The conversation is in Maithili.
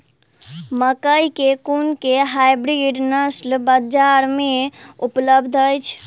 मकई केँ कुन केँ हाइब्रिड नस्ल बजार मे उपलब्ध अछि?